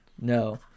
No